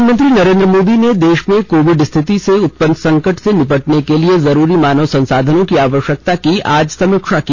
प्रधानमंत्री नरेन्द्र मोदी ने देश में कोविड स्थिति से उत्पन्न संकट से निपटने के लिए जरूरी मानव संसाधनों की आवश्यकता की आज समीक्षा की